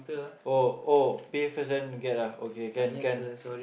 oh oh pay first then get ah okay can can